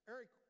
Eric